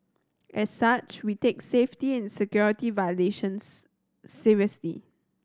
as such we take safety and security violations seriously